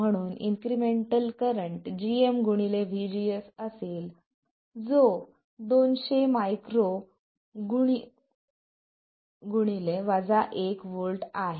म्हणून incremental current gm vGS असेल जो 200 µ 1 V आहे